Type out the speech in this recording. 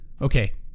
Okay